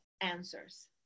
answers